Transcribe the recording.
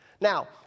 Now